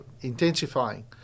intensifying